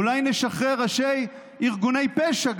אולי נשחרר גם ראשי ארגוני פשע,